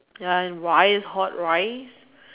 ya and rice hot rice